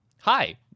Hi